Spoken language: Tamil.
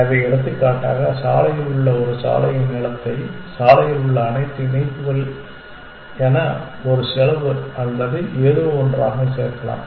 எனவே எடுத்துக்காட்டாக சாலையில் ஒரு சாலையின் நீளத்தை சாலையில் உள்ள அனைத்து இணைப்புகள் என ஒரு செலவு அல்லது ஏதோவொன்றாக சேர்க்கலாம்